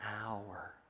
hour